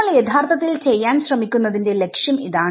നമ്മൾ യഥാർത്ഥത്തിൽ ചെയ്യാൻ ശ്രമിക്കുന്നതിന്റെ ലക്ഷ്യം ഇതാണ്